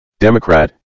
Democrat